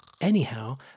Anyhow